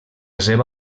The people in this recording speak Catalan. seva